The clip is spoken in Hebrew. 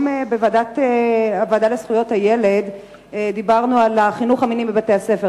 שבוועדה לזכויות הילד דיברנו היום על החינוך המיני בבתי-הספר.